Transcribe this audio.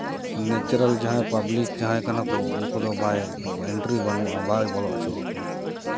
natural ᱡᱟᱦᱟᱸᱭ public ᱡᱟᱦᱟᱸᱭ ᱠᱟᱱᱟ ᱠᱚ ᱩᱱᱠᱩ ᱫᱚ ᱵᱟᱭ ᱮᱱᱴᱨᱤ ᱵᱟᱹᱱᱩᱜᱼᱟ ᱵᱟᱭ ᱵᱚᱞᱚ ᱦᱚᱪᱚ ᱟᱠᱚᱣᱟ